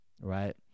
right